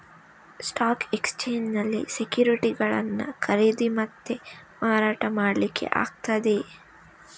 stock ಎಕ್ಸ್ಚೇಂಜಿನಲ್ಲಿ ಸೆಕ್ಯುರಿಟಿಗಳನ್ನ ಖರೀದಿ ಮತ್ತೆ ಮಾರಾಟ ಮಾಡ್ಲಿಕ್ಕೆ ಆಗ್ತದೆ